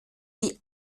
die